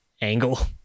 angle